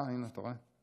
אה, הינה, אתה רואה?